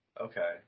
Okay